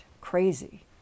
crazy